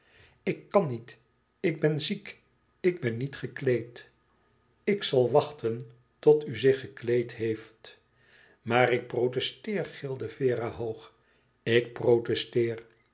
kan niet ik ben ziek ik ben niet gekleed ik zal wachten tot u zich gekleed heeft maar ik protesteer gilde vera hoog ik protesteer